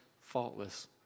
faultless